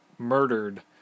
murdered